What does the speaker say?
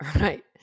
Right